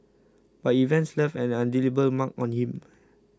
but events left an indelible mark on him